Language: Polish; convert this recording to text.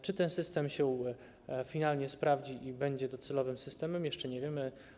Czy ten system się finalnie sprawdzi i będzie docelowym systemem, jeszcze nie wiemy.